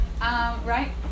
Right